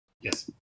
Yes